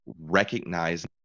recognize